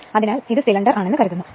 അതിനാൽ ഇത് സിലിണ്ടർ ആണെന്ന് കരുതുന്നു